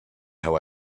how